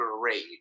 great